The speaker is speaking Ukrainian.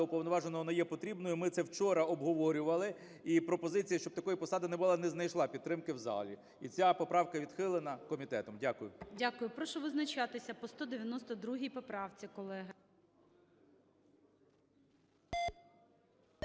уповноваженого не є потрібною, ми це вчора обговорювали. І пропозиція, щоб такої посади не було, не знайшла підтримки в залі. І ця поправка відхилена комітетом. Дякую. ГОЛОВУЮЧИЙ. Дякую. Прошу визначатися по 192 поправці, колеги.